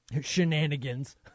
shenanigans